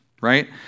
right